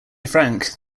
frank